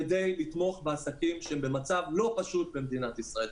כדי לתמוך בעסקים שהם במצב לא פשוט במדינת ישראל.